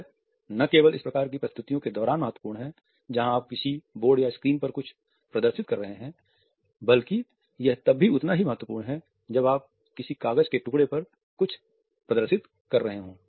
यह न केवल इस प्रकार की प्रस्तुतियों के दौरान महत्वपूर्ण है जहां आप किसी बोर्ड या स्क्रीन पर कुछ प्रदर्शित कर रहे हैं बल्कि यह तब भी उतना ही महत्वपूर्ण है जब आप किसी कागज़ के टुकड़े पर कुछ प्रदर्शित कर रहे हों